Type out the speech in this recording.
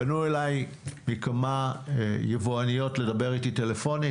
פנו אליי מכמה יבואניות לדבר איתי טלפונית.